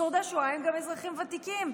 שורדי שואה הם גם אזרחים ותיקים.